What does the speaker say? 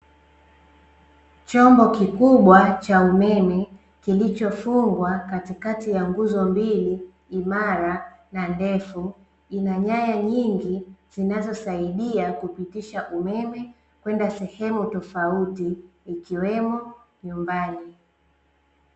Chombo kikubwa cha umeme kilichofungwa katikati ya nguzo mbili imara na ndefu, ina nyaya nyingi zinazosaidia kupitisha umeme kwenda sehemu tofauti ikiwemo nyumbani.